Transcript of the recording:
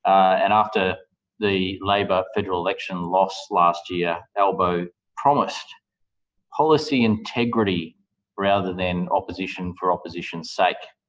and after the labor federal election loss last year, albo promised policy integrity rather than opposition for opposition's sake.